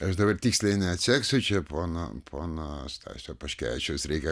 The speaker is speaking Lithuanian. aš dabar tiksliai neatseksiu čia pono pono stasio paškevičiaus reikia